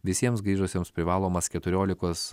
visiems grįžusiems privalomas keturiolikos